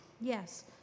Yes